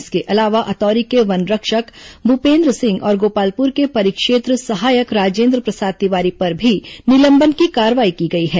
इसके अलावा अतौरी के वनरक्षक भूपेन्द्र सिंह और गोपालपुर के परिक्षेत्र सहायक राजेन्द्र प्रसाद तिवारी पर भी निलंबन की कार्रवाई की गई है